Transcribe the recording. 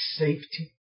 safety